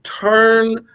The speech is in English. turn